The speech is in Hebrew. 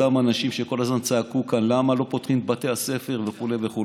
אותם אנשים שכל הזמן צעקו כאן למה לא פותחים את בתי הספר וכו' וכו'